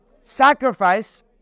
sacrifice